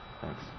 Thanks